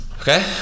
okay